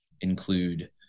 include